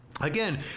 Again